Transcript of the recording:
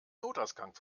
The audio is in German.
notausgang